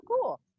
cool